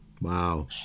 Wow